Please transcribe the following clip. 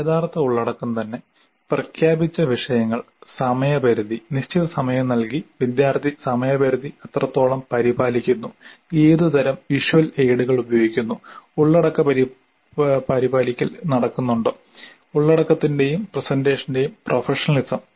യഥാർത്ഥ ഉള്ളടക്കം തന്നെ പ്രഖ്യാപിച്ച വിഷയങ്ങൾ സമയപരിധി നിശ്ചിത സമയം നൽകി വിദ്യാർത്ഥി സമയപരിധി എത്രത്തോളം പരിപാലിക്കുന്നു ഏതുതരം വിഷ്വൽ എയ്ഡുകൾ ഉപയോഗിക്കുന്നു ഉള്ളടക്ക പാലിക്കൽ നടക്കുന്നുണ്ടോ ഉള്ളടക്കത്തിന്റെയും പ്രെസെന്റഷന്റെയും പ്രൊഫഷണലിസം